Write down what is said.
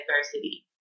adversity